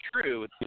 true